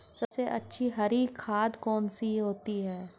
सबसे अच्छी हरी खाद कौन सी होती है?